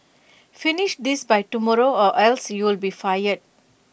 finish this by tomorrow or else you'll be fired